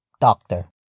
doctor